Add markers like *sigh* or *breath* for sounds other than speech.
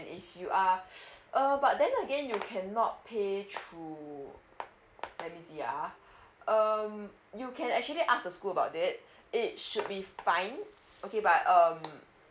if you are *breath* uh but then again you cannot pay through let me see ah um you can actually ask the school about it it should be fine okay but um